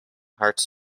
hearts